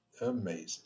Amazing